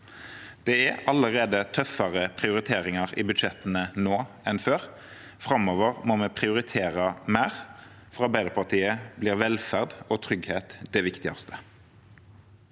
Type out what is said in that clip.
Det er allerede tøffere prioriteringer i budsjettene nå enn før. Framover må vi prioritere mer. For Arbeiderpartiet blir velferd og trygghet det viktigste.